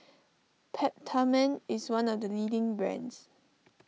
Peptamen is one of the leading brands